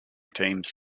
teams